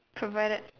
provided